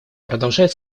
продолжает